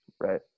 Right